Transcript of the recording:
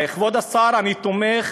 כבוד השר, אני תומך